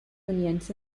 unions